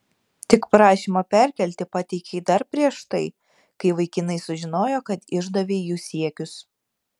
tik prašymą perkelti pateikei dar prieš tai kai vaikinai sužinojo kad išdavei jų siekius